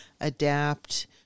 adapt